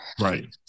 Right